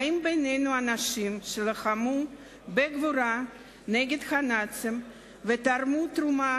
חיים בינינו אנשים שלחמו בגבורה בנאצים ותרמו תרומה